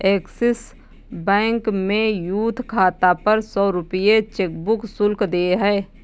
axis bank में youth खाता पर सौ रूपये चेकबुक शुल्क देय है